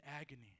agony